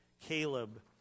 Caleb